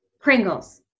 Pringles